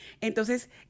Entonces